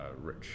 rich